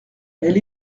elle